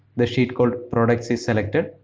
the sheet called products is selected.